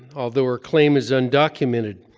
although her claim is undocumented.